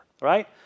right